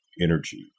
energy